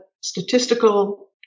statistical